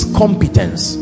competence